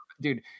Dude